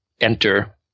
enter